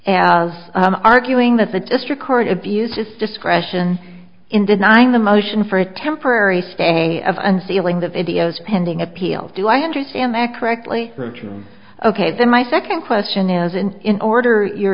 as arguing that the district court abuse is discretion in denying the motion for a temporary stay of unsealing the videos pending appeal do i understand that correctly ok then my second question isn't in order your